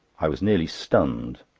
i was nearly stunned.